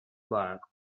bark